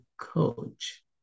coach